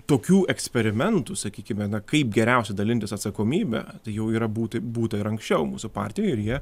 tokių eksperimentų sakykime na kaip geriausia dalintis atsakomybe tai jau yra būti būta ir anksčiau mūsų partijoj ir jie